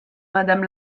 madame